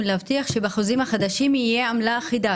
להבטיח שבחוזים החדשים יהיה עמלה אחידה.